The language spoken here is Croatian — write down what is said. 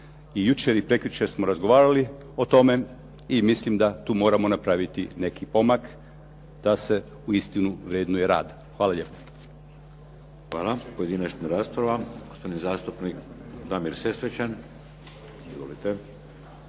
i jučer i prekjučer smo razgovarali o tome i mislim da tu moramo napraviti neki pomak da se uistinu vrednuje rad. Hvala lijepo. **Šeks, Vladimir (HDZ)** Hvala. Pojedinačna rasprava. Gospodin zastupnik Damir Sesvečan.